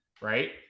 Right